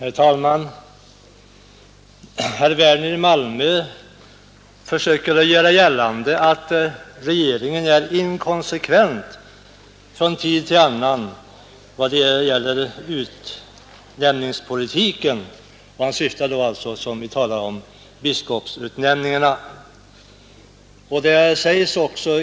Herr talman! Herr Werner i Malmö försöker göra gällande att regeringen är inkonsekvent i sin utnämningspolitik. Han syftar då på biskopsutnämningarna.